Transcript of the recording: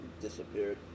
disappeared